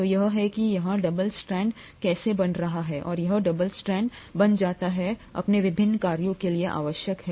तो यह है कि यहाँ डबल स्ट्रैंड कैसे बन रहा है और यह डबल स्ट्रैंड बन जाता है अपने विभिन्न कार्यों के लिए आवश्यक है